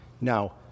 Now